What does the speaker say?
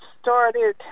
started